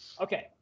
okay